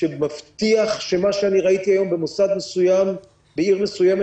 שמבטיח שמה שאני ראיתי היום במוסד מסוים בעיר מסוים,